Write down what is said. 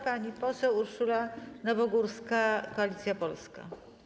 Pani poseł Urszula Nowogórska, Koalicja Polska.